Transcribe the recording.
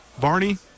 Barney